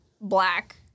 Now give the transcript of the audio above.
black